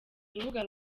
urubuga